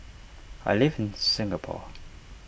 I live in Singapore